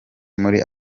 muri